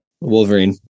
Wolverine